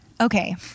Okay